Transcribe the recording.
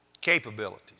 capabilities